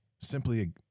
simply